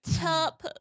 Top